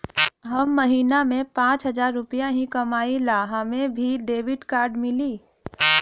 हम महीना में पाँच हजार रुपया ही कमाई ला हमे भी डेबिट कार्ड मिली?